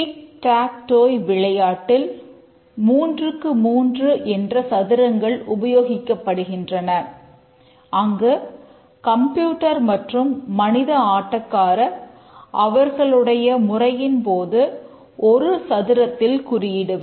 tick tac toe மற்றும் மனித ஆட்டக்காரர் அவர்களுடைய முறைகளின் போது ஒரு சதுரத்தில் குறியிடுவர்